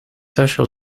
social